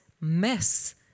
mess